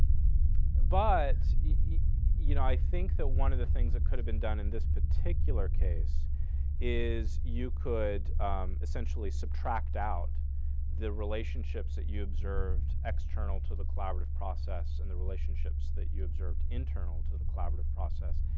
but you know i think that one of the things that could have been done in this particular case is, you could essentially subtract out the relationships that you observed external to the collaborative process and the relationships that you observed internal to the collaborative process.